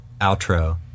outro